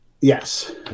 Yes